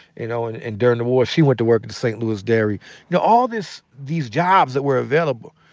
you know and and during the war, she went to work at the st. louis dairy. you know, all these these jobs that were available,